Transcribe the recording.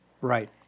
Right